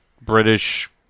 British